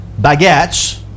baguettes